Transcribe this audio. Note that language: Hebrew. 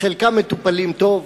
חלקם מטופלים טוב,